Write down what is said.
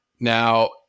Now